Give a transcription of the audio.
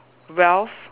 wealth